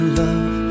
love